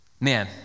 Man